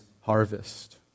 harvest